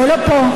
בוא לפה.